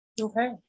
Okay